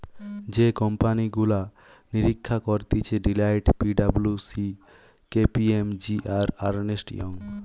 যে কোম্পানি গুলা নিরীক্ষা করতিছে Deloitte, P W C, K P M G, আর আর্নেস্ট ইয়ং